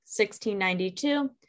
1692